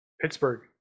Pittsburgh